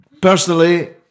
Personally